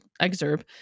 excerpt